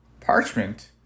Parchment